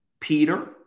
Peter